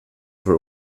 for